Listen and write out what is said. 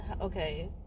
okay